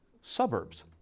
suburbs